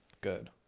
good